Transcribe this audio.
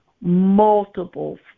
multiple